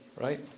Right